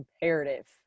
imperative